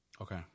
Okay